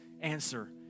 answer